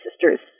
sisters